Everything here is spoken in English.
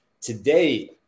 Today